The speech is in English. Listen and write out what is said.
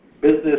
business